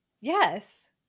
Yes